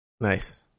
Nice